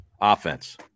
Offense